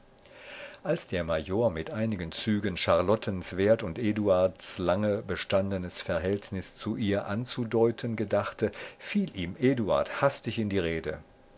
als der major mit einigen zügen charlottens wert und eduards lange bestandenes verhältnis zu ihr anzudeuten gedachte fiel ihm eduard hastig in die rede